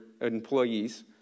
employees